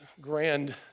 grand